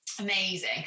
amazing